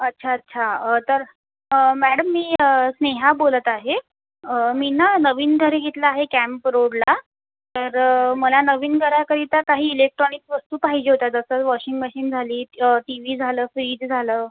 अच्छा अच्छा तर मॅडम मी स्नेहा बोलत आहे मी ना नवीन घर घेतलं आहे कॅम्प रोडला तर मला नवीन घराकरिता काही इलेक्टॉनिक वस्तू पाहिजे होत्या जसं वॉशिंग मशीन झाली ट टी व्ही झालं फ्रीज झालं